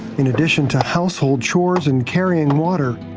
in addition to household chores and carrying water,